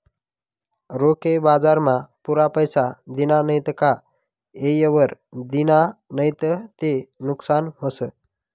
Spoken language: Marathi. रोखे बजारमा पुरा पैसा दिना नैत का येयवर दिना नैत ते नुकसान व्हस